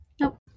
Nope